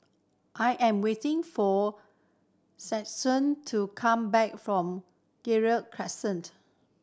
I am waiting for to come back from Gerald Crescent